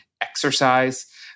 exercise